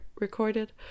recorded